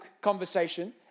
conversation